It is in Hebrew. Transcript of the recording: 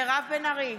מירב בן ארי,